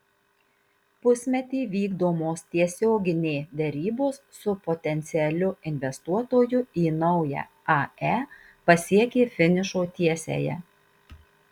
pusmetį vykdomos tiesioginė derybos su potencialiu investuotoju į naują ae pasiekė finišo tiesiąją